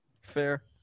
Fair